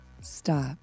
stop